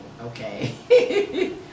Okay